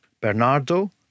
Bernardo